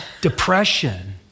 depression